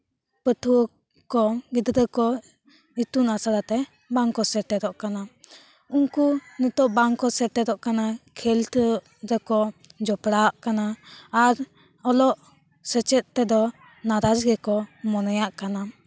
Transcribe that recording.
ᱯᱟᱹᱴᱷᱩᱣᱟᱹ ᱠᱚ ᱜᱤᱫᱽᱨᱟᱹ ᱠᱚ ᱤᱛᱩᱱ ᱟᱥᱲᱟᱛᱮ ᱵᱟᱝᱠᱚ ᱥᱮᱴᱮᱨᱚᱜ ᱠᱟᱱᱟ ᱩᱱᱠᱩ ᱱᱤᱛᱚᱜ ᱵᱟᱝᱠᱚ ᱥᱮᱴᱮᱨᱚᱜ ᱠᱟᱱᱟ ᱠᱷᱮᱞ ᱫᱚ ᱡᱚᱛᱚ ᱡᱯᱲᱟᱜ ᱠᱟᱱᱟ ᱟᱨ ᱚᱞᱚᱜ ᱥᱮᱪᱮᱫ ᱛᱮᱫᱚ ᱱᱟᱨᱟᱡ ᱜᱮᱠᱚ ᱢᱚᱱᱮᱭᱟᱜ ᱠᱟᱱᱟ